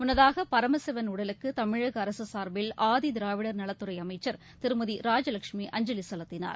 முன்னதாக பரமசிவன் உடலுக்கு தமிழக அரசு சார்பில் ஆதிதிராவிடர் நலத்துறை அமைச்சர் திருமதி ராஜலட்சுமி அஞ்சலி செலுத்தினார்